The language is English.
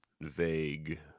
vague